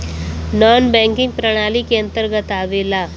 नानॅ banking प्रणाली के अंतर्गत आवेला